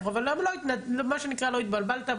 לא התבלבלת,